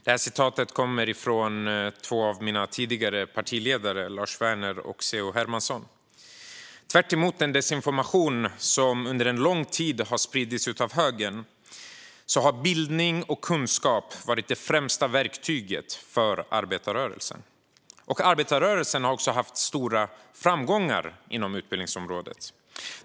Det sa två av mitt partis tidigare partiledare, Lars Werner och C.H. Hermansson. Tvärtemot den desinformation som under lång tid har spridits av högern har bildning och kunskap varit det främsta verktyget för arbetarrörelsen. Arbetarrörelsen har också haft stora framgångar inom utbildningsområdet.